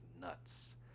nuts